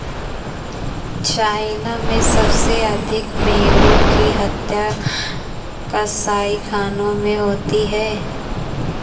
China में सबसे अधिक भेंड़ों की हत्या कसाईखानों में होती है